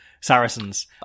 Saracens